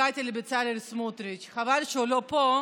הגעתי לבצלאל סמוטריץ' חבל שהוא לא פה,